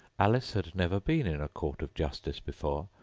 alice had never been in a court of justice before,